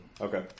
Okay